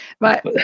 Right